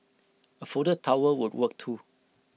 A folded towel would work too